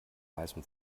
weißem